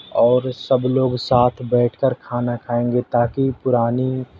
اور سب لوگ ساتھ بیٹھ کر کھانا کھایٔیں گے تاکہ پرانی